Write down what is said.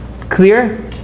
Clear